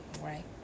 right